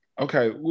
okay